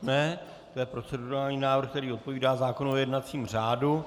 To je procedurální návrh, který odpovídá zákonu o jednacím řádu.